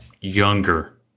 younger